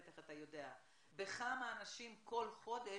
בטח אתה יודע בכמה אנשים כל חודש,